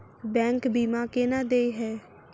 Bank बीमा केना देय है?